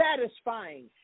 satisfying